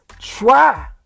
Try